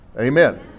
Amen